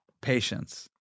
Patience